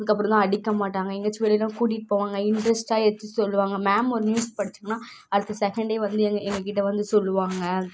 அதுக்கப்புறந்தான் அடிக்கமாட்டாங்கள் எங்கேயாச்சும் வெளியிலலாம் கூட்டிட்டு போவாங்கள் இன்ட்ரெஸ்ட்டாக ஏதாச்சி சொல்லுவாங்கள் மேம் ஒரு நியூஸ் படிச்சாங்கன்னால் அடுத்த செகண்டே வந்து எங்கள் எங்ககிட்ட வந்து சொல்லுவாங்கள்